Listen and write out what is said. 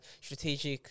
strategic